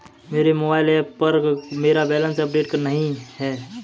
मेरे mobile app पर मेरा बैलेंस अपडेट नहीं है